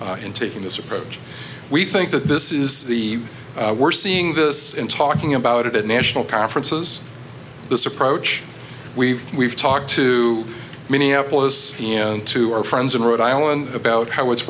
book in taking this approach we think that this is the we're seeing this in talking about it at national conferences this approach we've we've talked to minneapolis to our friends in rhode island about how it's